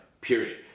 period